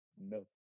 No